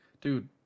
dude